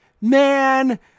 man